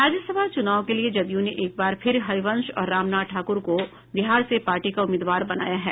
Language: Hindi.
राज्यसभा चुनाव के लिये जदयू ने एक बार फिर हरिवंश और रामनाथ ठाकुर को बिहार से पार्टी का उम्मीदवार बनाया है